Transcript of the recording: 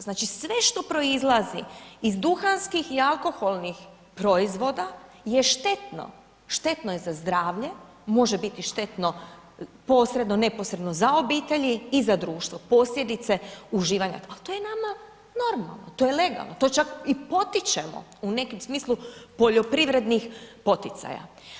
Znači, sve što proizlazi iz duhanskih i alkoholnih proizvoda je štetno, štetno je za zdravlje, može biti štetno, posredno neposredno za obitelji i za društvo, posljedice uživanja, ali to je nama normalno, to je legalno, to čak i potičemo u nekom smislu poljoprivrednih poticaja.